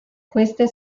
queste